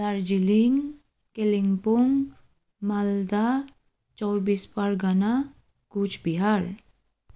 Darjeeling Kalimpong Malda Chaubis Pargana Cooch Behar